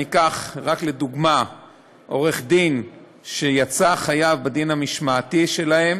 ניקח רק לדוגמה עורך-דין שיצא חייב בדין המשמעתי שלהם